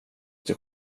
sig